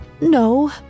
No